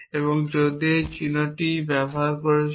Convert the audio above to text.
সুতরাং আমি এই চিহ্নটি ব্যবহার করেছি